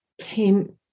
came